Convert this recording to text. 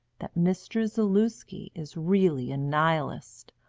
that mr. zaluski is really a nihilist,